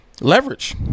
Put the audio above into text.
leverage